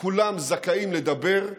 כולם זכאים לדבר,